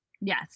Yes